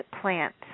plant